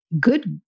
good